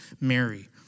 Mary